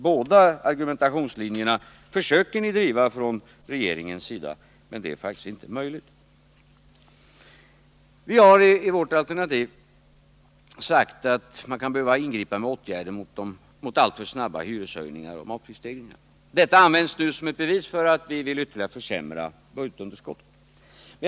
Båda argumentationslinjerna söker ni driva från regeringens sida, men det är faktiskt inte möjligt att göra det. I vårt budgetalternativ har vi sagt att man kan behöva ingripa med åtgärder mot alltför snabba hyreshöjningar och matprisstegringar. Det används nu som ett bevis för att vi vill ytterligare försämra budgetunderskottet.